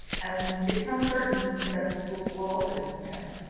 and it's not certain that the schools will open in september.